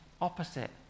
opposite